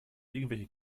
irgendwelche